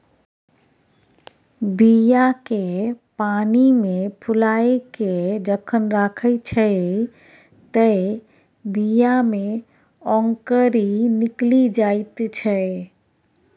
बीया केँ पानिमे फुलाए केँ जखन राखै छै तए बीया मे औंकरी निकलि जाइत छै